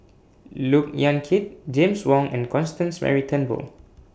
Look Yan Kit James Wong and Constance Mary Turnbull